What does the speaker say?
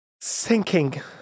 sinking